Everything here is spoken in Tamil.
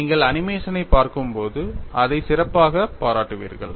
நீங்கள் அனிமேஷனைப் பார்க்கும்போது அதை சிறப்பாகப் பாராட்டுவீர்கள்